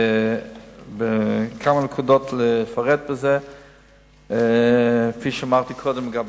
אני רוצה לפרט בכמה נקודות: כפי שאמרתי קודם לגבי